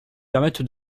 permettre